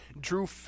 Drew